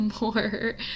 more